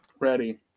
Ready